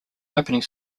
opening